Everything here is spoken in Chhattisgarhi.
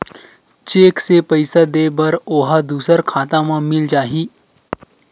चेक से पईसा दे बर ओहा दुसर खाता म मिल जाही?